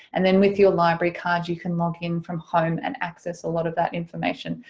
and then with your library cards you can log in from home and access a lot of that information.